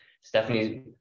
Stephanie